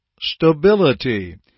stability